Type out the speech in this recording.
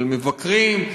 על מבקרים,